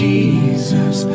Jesus